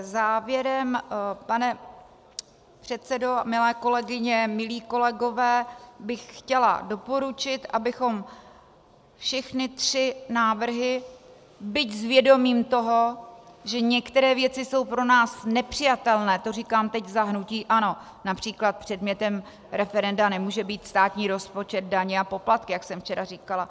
Závěrem, pane předsedo, milé kolegyně, milí kolegové, bych chtěla doporučit, abychom všechny tři návrhy, byť s vědomím toho, že některé věci jsou pro nás nepřijatelné, to říkám teď za hnutí ANO, například předmětem referenda nemůže být státní rozpočet, daně a poplatky, jak jsem včera říkala...